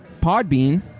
Podbean